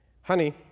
honey